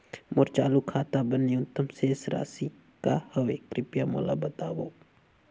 मोर चालू खाता बर न्यूनतम शेष राशि का हवे, कृपया मोला बतावव